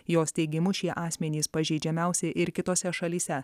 jos teigimu šie asmenys pažeidžiamiausi ir kitose šalyse